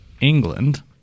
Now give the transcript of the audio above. England